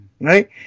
Right